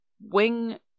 wing